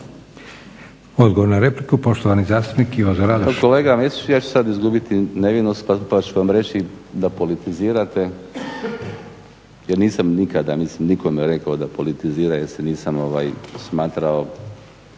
Odgovor na repliku, poštovani zastupnik Jasen Mesić.